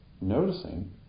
Noticing